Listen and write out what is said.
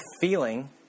feeling